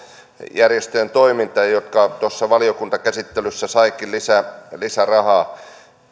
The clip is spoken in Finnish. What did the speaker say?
järjestöjen toiminta jotka tuossa valiokuntakäsittelyssä saivatkin lisärahaa